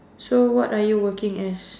so what are you working as